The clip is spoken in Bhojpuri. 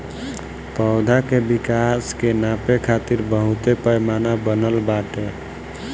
पौधा के विकास के नापे खातिर बहुते पैमाना बनल बाटे